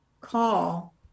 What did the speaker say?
call